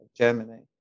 Germany